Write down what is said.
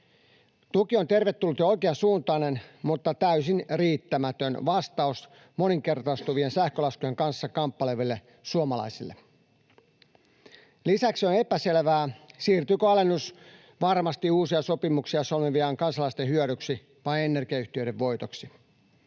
Tuki on tervetullut ja oikeasuuntainen mutta täysin riittämätön vastaus moninkertaistuvien sähkölaskujen kanssa kamppaileville suomalaisille. Lisäksi on epäselvää, siirtyykö alennus varmasti uusia sopimuksia solmivien kansalaisten hyödyksi vai energiayhtiöiden voitoksi.